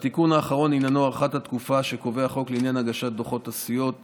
התיקון האחרון עניינו הארכת התקופה שקובע החוק לעניין הגשת דוחות הסיעות